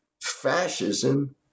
fascism